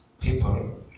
people